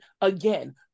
again